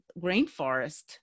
rainforest